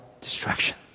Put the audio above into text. distraction